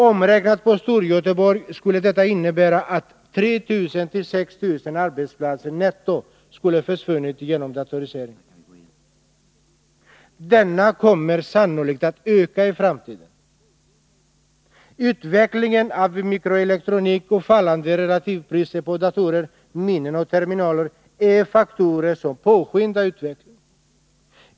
Omräknat på Storgöteborg skulle detta innebära att 3 000 till 6 000 arbetsplatser netto skulle ha försvunnit genom datorisering. Denna kommer sannolikt att öka i framtiden. Utvecklingen av mikroelektronik, och fallande relativpriser på datorer, minnen och terminaler är faktorer som påskyndar utvecklingen.